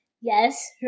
Yes